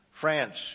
France